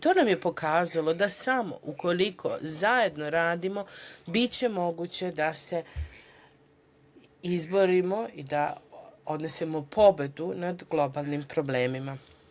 To nam je pokazalo da samo ukoliko zajedno radimo biće moguće da se izborimo i da odnesemo pobedu nad globalnim problemima.